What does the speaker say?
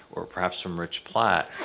or perhaps from rich platt,